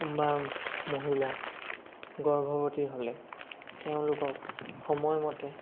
কোনোবা মহিলা গৰ্ভৱতী হ'লে তেওঁলোকক সময়মতে